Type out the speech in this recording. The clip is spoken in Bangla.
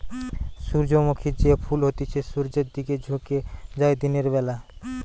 সূর্যমুখী যে ফুল হতিছে সূর্যের দিকে ঝুকে যায় দিনের বেলা